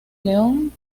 león